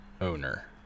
owner